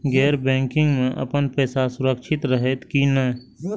गैर बैकिंग में अपन पैसा सुरक्षित रहैत कि नहिं?